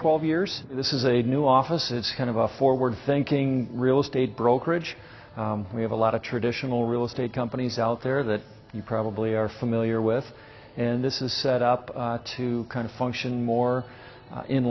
twelve years this is a new offices one of a forward thinking real estate brokerage we have a lot of traditional real estate companies out there that you probably are familiar with and this is set up to kind of function more in